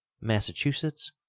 massachusetts,